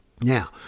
Now